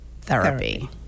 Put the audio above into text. therapy